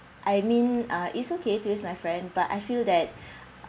I mean ah it's okay to use my friend but I feel that